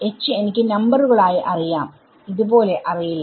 എനിക്ക് നമ്പറുകൾ ആയി അറിയാം ഇത് പോലെ അറിയില്ല